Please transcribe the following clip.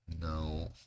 No